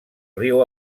riu